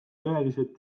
tõelised